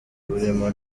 burimo